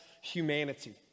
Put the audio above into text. Humanity